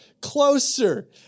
closer